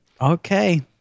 okay